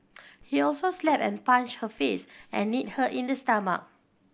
he also slapped and punched her face and kneed her in the stomach